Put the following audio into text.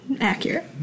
Accurate